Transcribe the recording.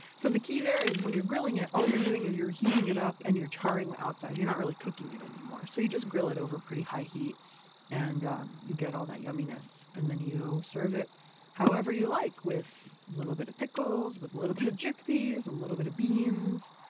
so the key there is when you're grilling it, all you're doing is you're heating it up and you're charring the outside. you're not really cooking it anymore. so you just grill it over pretty high heat and um you get all that yumminess, and then you serve it however you like with a little bit of pickles, with a little bit of chickpeas, a little bit of beans.